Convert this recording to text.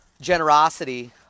generosity